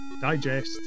digest